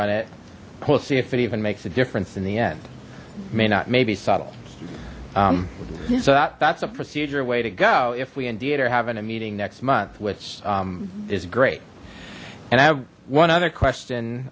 run it we'll see if it even makes a difference in the end may not may be subtle so that that's a procedure way to go if we indeed are having a meeting next month which is great and have one other question